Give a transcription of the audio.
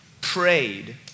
prayed